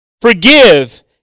forgive